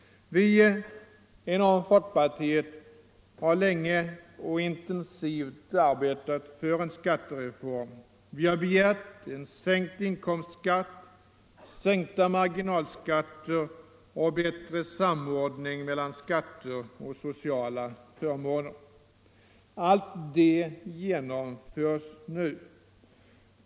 Vi inom folkpartiet har länge och intensivt arbetat för en skattereform. Vi har begärt sänkt inkomstskatt, sänkta marginalskatter och bättre samordning mellan skatter och sociala förmåner. Allt detta genomförs nu.